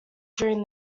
during